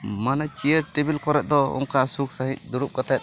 ᱢᱟᱱᱮ chair table ᱠᱚᱨᱮᱫ ᱫᱚ ᱚᱱᱠᱟ ᱥᱩᱠ ᱥᱟᱸᱦᱤᱡ ᱫᱩᱲᱩᱵ ᱠᱟᱛᱮᱫ